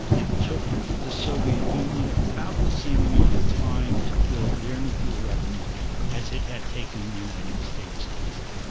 it took the soviet union about the same amount of time to build their nuclear weapons as it had taken the united states to do it.